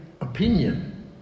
opinion